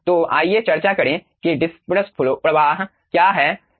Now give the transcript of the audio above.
तो आइए चर्चा करें कि परिक्षेपित प्रवाह क्या है